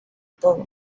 todo